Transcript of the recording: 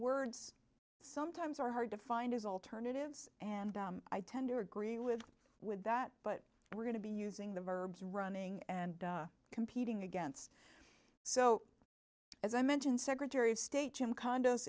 words sometimes are hard to find as alternatives and i tend to agree with with that but we're going to be using the verbs running and competing against so as i mentioned secretary of state jim condos